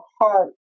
heart